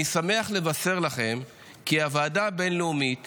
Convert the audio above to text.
אני שמח לבשר לכם כי הוועדה הבין-לאומית